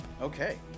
Okay